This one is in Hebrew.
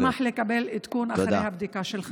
אשמח לקבל עדכון אחרי הבדיקה שלך.